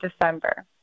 December